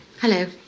Hello